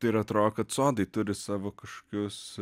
ir atrodo kad sodai turi savo kažkokius